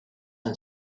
and